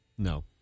No